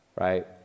Right